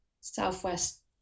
Southwest